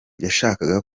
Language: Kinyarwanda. yashakaga